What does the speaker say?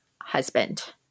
husband